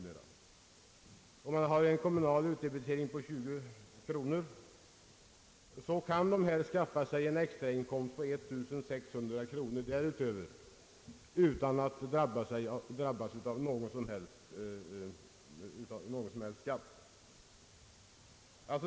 Vi kan vidare anta att den kommunala utdebiteringen uppgår till 20 kronor. Det paret kan skaffa sig en sidoinkomst på 1 600 kronor utan att drabbas av någon som helst skatt.